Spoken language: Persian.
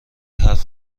حرف